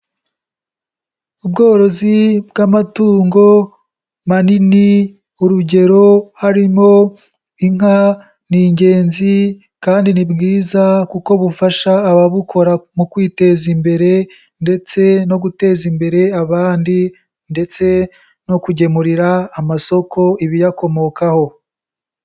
Ubworozi bw'amatungo manini urugero harimo inka ni ingenzi kandi ni bwiza kuko bufasha ababukora mu kwiteza imbere ndetse no guteza imbere abandi ndetse no kugemurira amasoko ibiyakomokaho.